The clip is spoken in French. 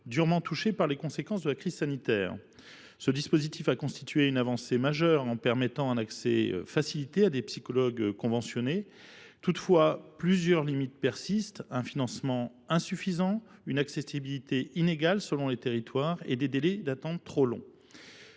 durement touchés par les conséquences de la crise sanitaire. Si ce dispositif a constitué une avancée majeure en facilitant l’accès à des psychologues conventionnés, plusieurs limites persistent : un financement insuffisant, une accessibilité inégale selon les territoires et des délais d’attente trop longs.